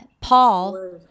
Paul